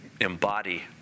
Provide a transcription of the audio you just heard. embody